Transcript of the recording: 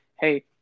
hey